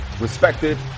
respected